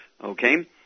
Okay